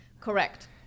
Correct